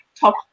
top